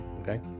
okay